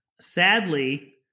Sadly